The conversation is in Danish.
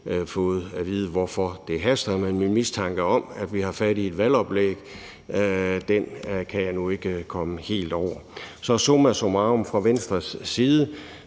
fået at vide, hvorfor det haster, men min mistanke om, at vi har fat i et valgoplæg, kan jeg nu ikke komme helt over. Så summa summarum fra Venstres side: